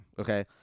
Okay